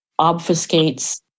obfuscates